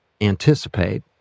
anticipate